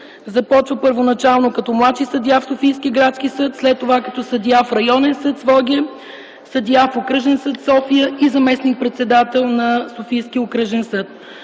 започва първоначално като младши съдия в Софийски градски съд, след това като съдия в Районен съд - Своге, съдия в Окръжен съд - София, и заместник-председател на Софийския окръжен съд.